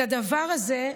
בדבר הזה,